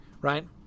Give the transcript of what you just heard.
Right